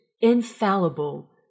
infallible